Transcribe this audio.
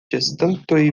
ĉeestantoj